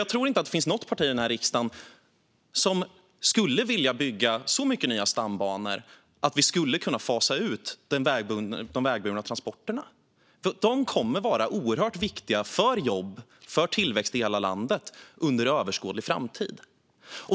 Jag tror inte att det finns något parti i riksdagen som skulle vilja bygga så många nya stambanor att vi skulle kunna fasa ut de vägburna transporterna. De kommer att vara oerhört viktiga för jobb och tillväxt i hela landet under överskådlig framtid.